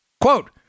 Quote